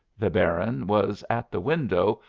the baron was at the window,